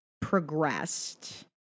progressed